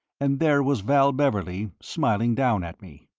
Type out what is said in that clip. and there was val beverley smiling down at me.